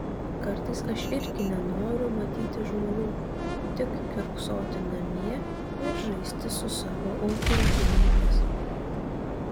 kartais aš irgi nenoriu matyti žmonių tik kiurksoti namie ir žaisti su savo augintinėmis